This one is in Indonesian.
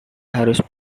harus